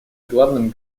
главным